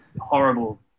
horrible